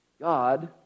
God